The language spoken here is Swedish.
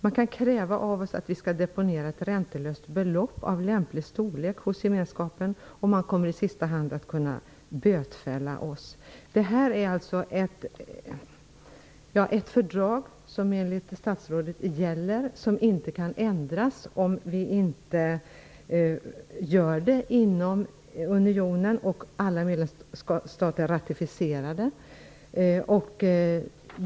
Man kan kräva av medlemsstaten att den skall deponera ett räntelöst belopp av lämplig storlek hos gemenskapen. Man kommer i sista hand att kunna bötfälla medlemsstaten. Det här är alltså ett fördrag som gäller, enligt statsrådet, och som inte kan ändras annat än genom att alla medlemsstater ratificerar ändringen.